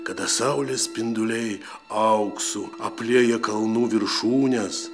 kada saulės spinduliai auksu aplieja kalnų viršūnes